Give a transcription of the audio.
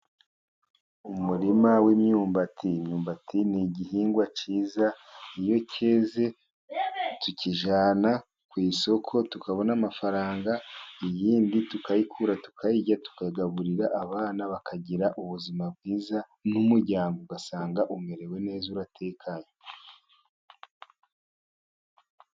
Umurima w'imyumbati, imyumbati ni igihingwa cyiza iyo cyeze tukijyana ku isoko, tukabona amafaranga, iyindi tukayikura tukayirya, tukagaburira abana bakagira ubuzima bwiza, n'umuryango ugasanga umerewe neza uratekanye.